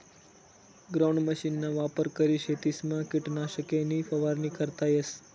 ground मशीनना वापर करी शेतसमा किटकनाशके नी फवारणी करता येस